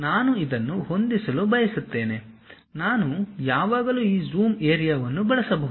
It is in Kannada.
ನಾನು ಇದನ್ನು ಹೊಂದಿಸಲು ಬಯಸುತ್ತೇನೆ ನಾನು ಯಾವಾಗಲೂ ಈ ಜೂಮ್ ಏರಿಯಾವನ್ನು ಬಳಸಬಹುದು